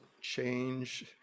change